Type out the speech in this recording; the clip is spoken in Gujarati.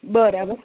બરાબર